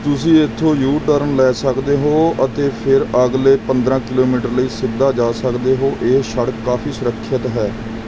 ਤੁਸੀਂ ਇੱਥੋਂ U turn ਲੈ ਸਕਦੇ ਹੋ ਅਤੇ ਫਿਰ ਅਗਲੇ ਪੰਦਰ੍ਹਾਂ ਕਿਲੋਮੀਟਰ ਲਈ ਸਿੱਧਾ ਜਾ ਸਕਦੇ ਹੋ ਇਹ ਸੜਕ ਕਾਫ਼ੀ ਸੁਰੱਖਿਅਤ ਹੈ